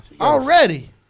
already